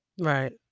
Right